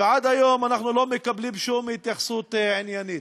ועד היום אנחנו לא מקבלים שום התייחסות עניינית.